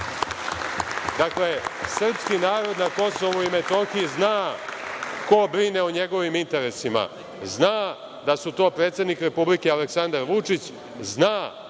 Dakle, srpski narod na KiM zna ko brine o njegovim interesima, zna da su to predsednik Republike Aleksandar Vučić, zna